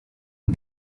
and